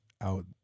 out